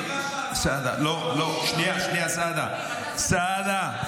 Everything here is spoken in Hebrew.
שנייה, סעדה,